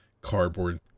cardboard